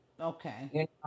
Okay